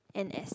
and accept